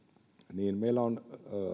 niin meillä on